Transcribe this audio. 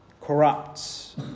corrupts